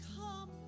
come